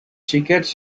xiquets